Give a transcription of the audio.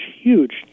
huge